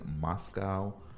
Moscow